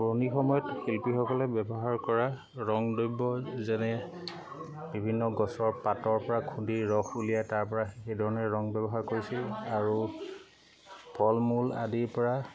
পুৰণি সময়ত শিল্পীসকলে ব্যৱহাৰ কৰা ৰং দ্ৰব্য যেনে বিভিন্ন গছৰ পাটৰপৰা খুন্দি ৰস উলিয়াই তাৰপৰা সেইধৰণে ৰং ব্যৱহাৰ কৰিছিল আৰু ফলমূল আদিৰপৰা